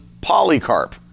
Polycarp